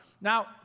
Now